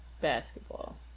basketball